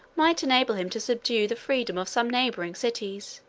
might enable him to subdue the freedom of some neighboring cities